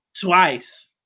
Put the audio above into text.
twice